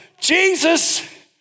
Jesus